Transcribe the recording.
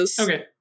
Okay